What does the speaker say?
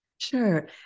Sure